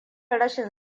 rashin